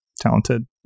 talented